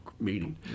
meeting